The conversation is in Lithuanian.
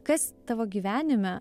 kas tavo gyvenime